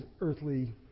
earthly